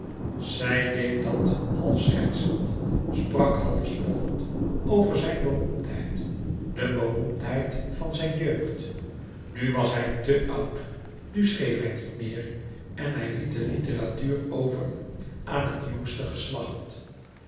zij deed dat half schertsend sprak half spottend over zijn beroemdheid de beroemdheid van zijn jeugd nu was hij te oud nu schreef hij niet meer en hij liet de litteratuur over aan het jongste geslacht